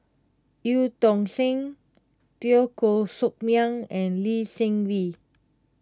Eu Tong Sen Teo Koh Sock Miang and Lee Seng Wee